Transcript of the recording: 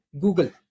Google